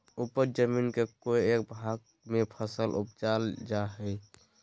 उपज जमीन के कोय एक भाग में फसल उपजाबल जा हइ